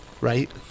Right